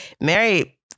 Mary